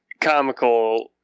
comical